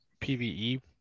PvE